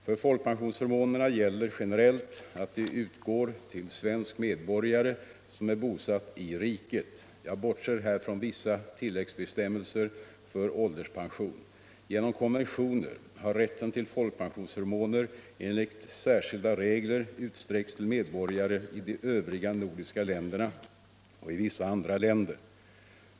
För folkpensionsförmånerna gäller generellt att de utgår till svensk medborgare som är bosatt i riket. Jag bortser här från vissa tilläggsbestämmelser för ålderspension. Genom konventioner har rätten till folkpensionsförmåner enligt särskilda regler utsträckts till medborgare i de övriga nordiska länderna och i vissa andra länder.